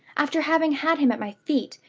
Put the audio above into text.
after having had him at my feet,